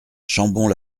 chambon